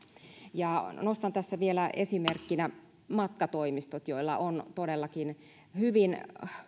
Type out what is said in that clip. nostan tässä vielä esimerkkinä matkatoimistot joilla on todellakin hyvin